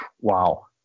wow